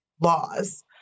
laws